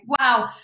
wow